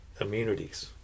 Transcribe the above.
immunities